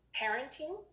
parenting